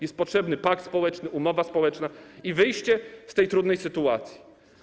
Jest potrzebny pakt społeczny, umowa społeczna i wyjście z tej trudnej sytuacji.